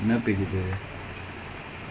tamil part leh பண்ணனும் இப்போ:pannanum ippo